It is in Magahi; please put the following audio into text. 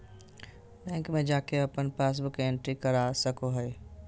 बैंक में जाके अपन पासबुक के एंट्री करा सको हइ